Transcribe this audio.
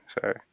Sorry